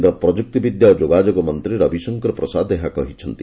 କେନ୍ଦ୍ ପ୍ରଯୁକ୍ତିବିଦ୍ୟା ଓ ଯୋଗାଯୋଗ ମନ୍ତୀ ରବିଶଙ୍କର ପ୍ରସାଦ ଏହା କହିଛନ୍ତି